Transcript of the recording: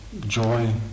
joy